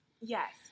Yes